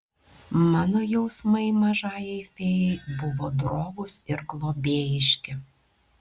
mano jausmai mažajai fėjai buvo drovūs ir globėjiški